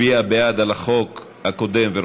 התשע"ז 2017, לקריאה שנייה ושלישית.